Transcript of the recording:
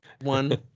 One